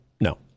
No